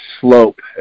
slope